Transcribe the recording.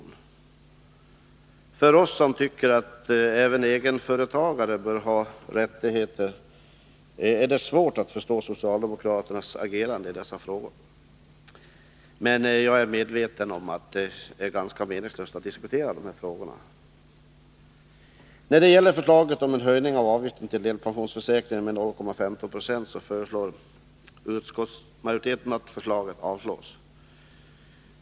Men för oss som tycker att även egenföretagare bör ha rättigheter är det svårt att förstå socialdemokraternas agerande i dessa frågor. Jag är emellertid medveten om att det är ganska meningslöst att diskutera dessa frågor. Förslaget om en höjning av avgiften till delpensionsförsäkringen med 0,15 70 avstyrks av utskottsmajoriteten.